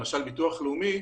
למשל ביטוח לאומי,